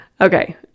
Okay